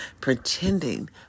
pretending